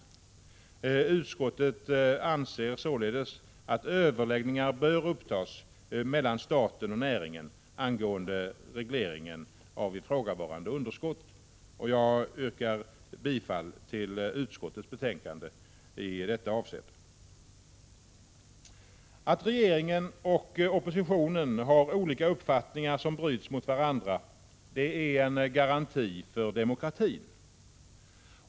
Utskottet anser således att överläggningar bör upptas mellan staten och näringen angående regleringen av ifrågavarande underskott. Jag yrkar bifall till utskottets hemställan i detta avseende. Att regeringen och oppositionen har olika uppfattningar som bryts mot varandra är en garanti för demokratin.